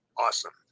awesome